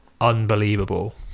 Unbelievable